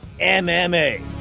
MMA